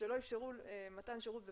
שלא אפשרו מתן שירות בפקס,